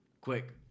quick